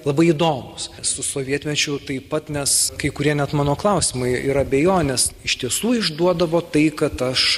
labai įdomūs su sovietmečiu taip pat nes kai kurie net mano klausimai ir abejonės iš tiesų išduodavo tai kad aš